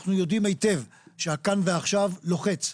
אנחנו יודעים היטב שה-׳כאן ועכשיו׳, לוחץ.